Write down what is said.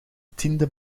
tiende